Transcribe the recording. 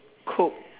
coke